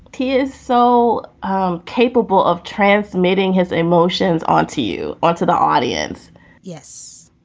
he is so capable of transmitting his emotions onto you, onto the audience yes.